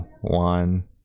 one